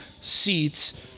seats